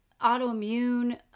autoimmune